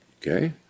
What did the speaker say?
Okay